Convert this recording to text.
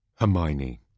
Hermione